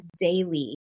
daily